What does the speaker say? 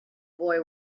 boy